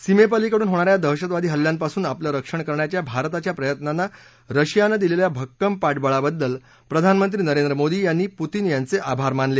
सीमेपलीकडून होणाऱ्या दहशतवादी हल्ल्यांपासून आपलं रक्षण करण्याच्या भारताच्या प्रयत्नांना रशियानं दिलेल्या भक्कम पाठबळाबद्दल प्रधानमंत्री नरेंद्र मोदी यांनी पुतीन यांचे आभार मानले